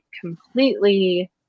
completely